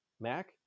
MAC